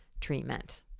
treatment